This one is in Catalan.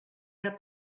era